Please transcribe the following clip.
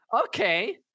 okay